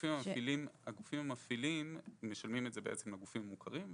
הגופים המפעילים משלמים את זה בעצם לגופים המוכרים,